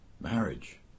Marriage